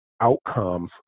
outcomes